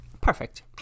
Perfect